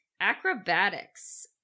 Acrobatics